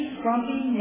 grumpy